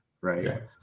right